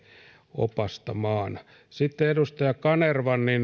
opastamaan sitten edustaja kanervalle